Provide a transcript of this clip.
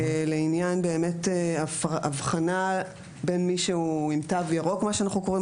לעניין באמת אבחנה בין מי שהוא עם תו ירוק מה שאנחנו קוראים,